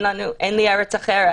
אין לי ארץ אחרת,